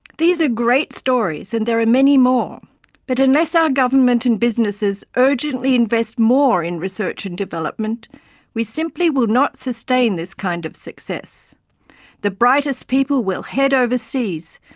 are great stories and there are many more but unless our government and businesses urgently invest more in research and development we simply will not sustain this kind of success the brightest people will head overseas,